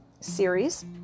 series